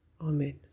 Amen